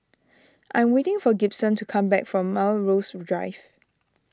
I'm waiting for Gibson to come back from Melrose Drive